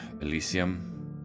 Elysium